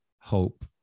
hope